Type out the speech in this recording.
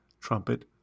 trumpet